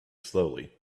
slowly